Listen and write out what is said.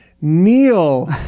Neil